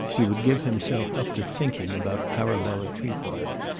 he would give himself up to thinking about arabella trefoil.